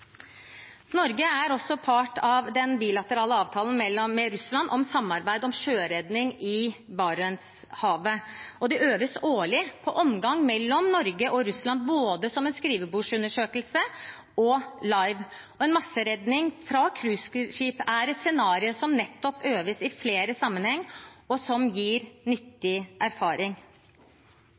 Norge er også part i den bilaterale avtalen med Russland om samarbeid om sjøredning i Barentshavet. Det øves årlig på omgang mellom Norge og Russland både som en skrivebordsundersøkelse og live. Masseredning fra cruiseskip er et scenario som det øves på i flere sammenhenger, noe som gir nyttig erfaring.